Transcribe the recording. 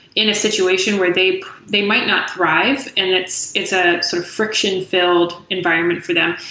in a situation where they they might not thrive and it's it's a sort of friction-filled environment for them.